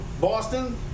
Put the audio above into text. Boston